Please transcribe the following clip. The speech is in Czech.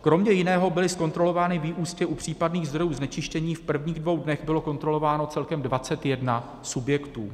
Kromě jiného byly zkontrolovány výusti u případných zdrojů znečištění, v prvních dvou dnech bylo kontrolováno celkem 21 subjektů.